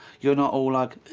you're not all, like.